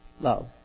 love